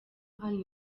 hano